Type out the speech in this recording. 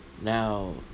now